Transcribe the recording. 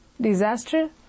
disaster